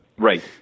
Right